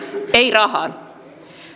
ei rahan vapauden liike